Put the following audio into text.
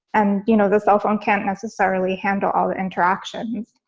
and, you know, the cell phone can't necessarily handle all the interactions,